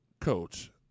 coach